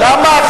למה,